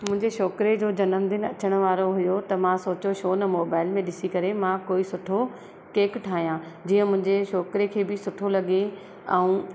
मुंहिंजे छोकिरे जो जन्मदिन अचण वारो हुयो त मां सोचियो छो न मोबाइल में ॾिसी करे मां मां कोई सुठो केक ठाहियां जीअं मुंहिंजे छोकिरे खे बि सुठो लॻे ऐं